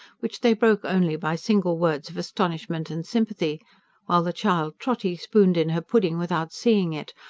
which they broke only by single words of astonishment and sympathy while the child trotty spooned in her pudding without seeing it,